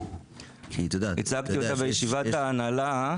הצגתי אותה בישיבת ההנהלה.